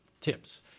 tips